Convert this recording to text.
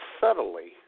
subtly